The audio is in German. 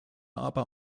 aber